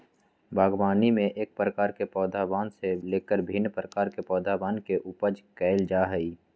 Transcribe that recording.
बागवानी में एक प्रकार के पौधवन से लेकर भिन्न प्रकार के पौधवन के उपज कइल जा हई